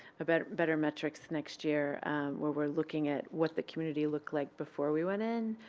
ah better better metrics next year where we're looking at what the community looked like before we went in.